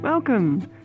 Welcome